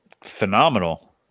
phenomenal